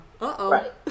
Uh-oh